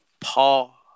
Paul